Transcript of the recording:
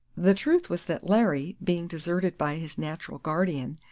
the truth was that larry, being deserted by his natural guardian,